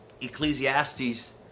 Ecclesiastes